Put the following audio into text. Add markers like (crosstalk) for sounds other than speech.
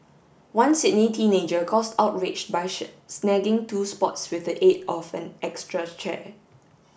one Sydney teenager caused outrage by (unintelligible) snagging two spots with the aid of an extra chair